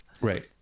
right